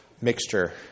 mixture